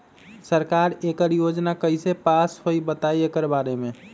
सरकार एकड़ योजना कईसे पास होई बताई एकर बारे मे?